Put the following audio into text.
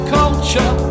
culture